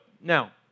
now